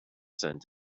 sent